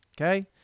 Okay